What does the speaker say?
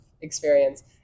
experience